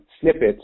snippets